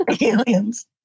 Aliens